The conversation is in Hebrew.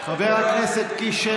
חבר הכנסת קיש,